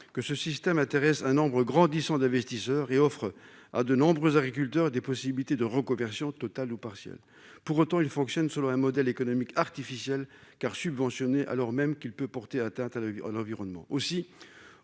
que ce système intéresse un nombre grandissant d'investisseurs et offre à de nombreux agriculteurs et des possibilités de reconversion totale ou partielle, pour autant, il fonctionne selon un modèle économique artificielle car subventionné, alors même qu'il peut porter atteinte à environnement